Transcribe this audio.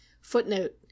Footnote